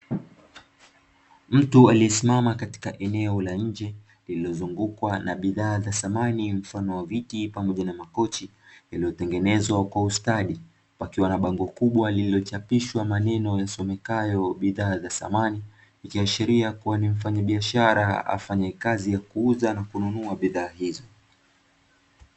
Mtu aliyesimama katika eneo la nje lililozungukwa na bidhaa za samani mfano wa viti pamoja na makochi, vilivyotengenezwa kwa ustadi. Wakiwa na bango kubwa lililochapishwa maneno yasomekayo "bidhaa za samani", likiashiria kuwa ni mfanyabiashara afanyaye kazi ya kuuza na kununua bidhaa hizo.